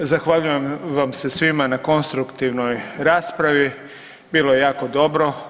Zahvaljujem vam se svima na konstruktivnoj raspravi, bilo je jako dobro.